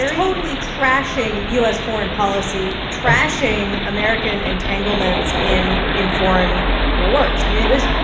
totally trashing u s. foreign policy, trashing american entanglements in in foreign wars. i mean, it was.